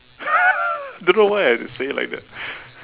don't know why I say it like that